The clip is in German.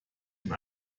ihm